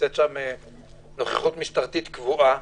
נמצאת שם נוכחות משטרתית קבועה,